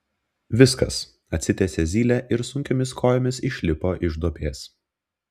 viskas atsitiesė zylė ir sunkiomis kojomis išlipo iš duobės